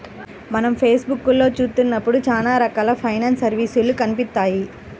మనం ఫేస్ బుక్కులో చూత్తన్నప్పుడు చానా రకాల ఫైనాన్స్ సర్వీసులు కనిపిత్తాయి